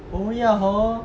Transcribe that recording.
oh ya hor